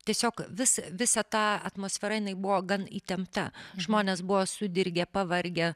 tiesiog vis visa ta atmosfera jinai buvo gan įtempta žmonės buvo sudirgę pavargę